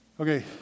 Okay